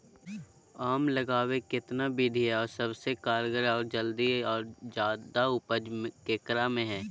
आम लगावे कितना विधि है, और सबसे कारगर और जल्दी और ज्यादा उपज ककरा में है?